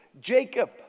Jacob